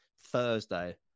Thursday